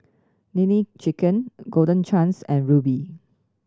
Nene Chicken Golden Chance and Rubi